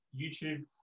youtube